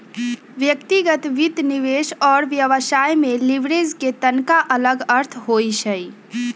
व्यक्तिगत वित्त, निवेश और व्यवसाय में लिवरेज के तनका अलग अर्थ होइ छइ